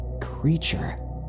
creature